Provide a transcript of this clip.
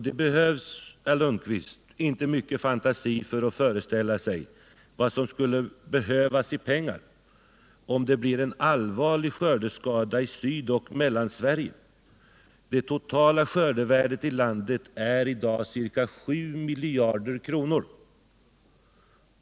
Det behövs, herr Lundkvist, inte mycket fantasi för att föreställa sig vad som skulle behövas, om det blir en allvarlig skördeskada i Sydoch Mellansverige. Det totala skördevärdet i landet i dag är ca 7 miljarder kronor.